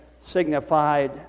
signified